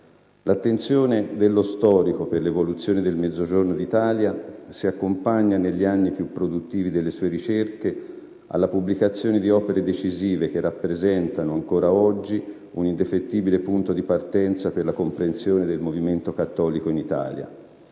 L'attenzione dello storico per l'evoluzione del Mezzogiorno d'Italia, si accompagna negli anni più produttivi delle sue ricerche alla pubblicazione di opere decisive che rappresentano, ancora oggi, un indefettibile punto di partenza per la comprensione del movimento cattolico in Italia.